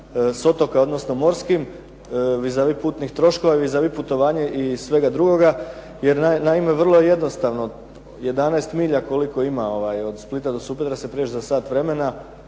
s otoka, odnosno morskim vis a vis putnih troškova i vis a vis putovanja i svega drugoga. Jer naime, vrlo jednostavno, 11 milja koliko ima od Splita do Supetra se prijeđe za sat vremena